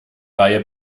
reihe